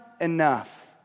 enough